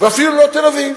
ואפילו לא תל-אביב.